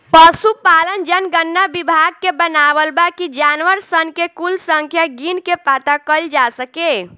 पसुपालन जनगणना विभाग के बनावल बा कि जानवर सन के कुल संख्या गिन के पाता कइल जा सके